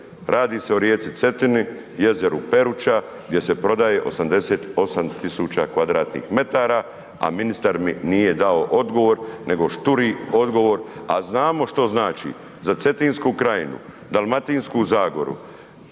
Radi se o rijeci Cetini, jezeru Peruča gdje se prodaje 88 tisuća kvadratnih metara, a ministar mi nije dao odgovor, nego šturi odgovor, a znamo što znači za Cetinsku krajinu, Dalmatinsku zagoru